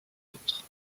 d’autre